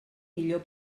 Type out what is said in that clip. millor